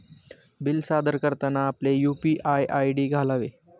bill सादर करताना आपले यू.पी.आय आय.डी घालावे